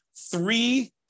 three